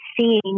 seeing